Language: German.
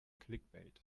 clickbait